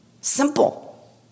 Simple